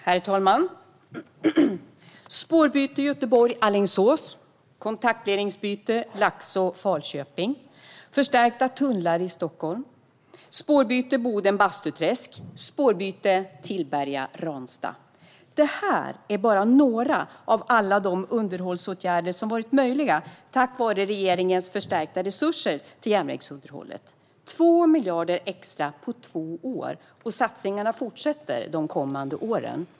Herr talman! Spårbyte Göteborg-Alingsås, kontaktledningsbyte Laxå-Falköping, förstärkta tunnlar i Stockholm, spårbyte Boden-Bastuträsk och spårbyte Tillberga-Ransta - det är bara några av alla de underhållsåtgärder som blivit möjliga tack vare regeringens förstärkta resurser till järnvägsunderhållet. Det handlar om 2 miljarder extra på två år, och satsningarna fortsätter de kommande åren.